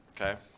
Okay